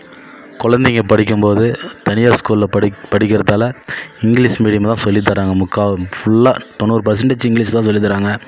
குழந்தைங்க படிக்கும் போது தனியார் ஸ்கூல படிக்க படிக்கிறதால இங்கிலீஷ் மீடியமாக தான் சொல்லித்தராங்க முக்கா ஃபுல்லா தொண்ணூறு பர்சன்டேஜி இங்கிலீஷ் தான் சொல்லித்தராங்க